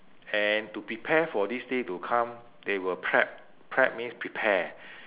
and to prepare for this day to come they will prep prep means prepare